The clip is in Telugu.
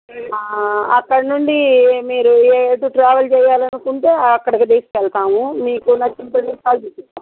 అక్కడ నుండి మీరు ఎటు ట్రావెల్ చేయాలి అనుకుంటే అక్కడికి తీసుకు వెళ్తాము మీకు నచ్చిన ప్రదేశాలు చూపిస్తాం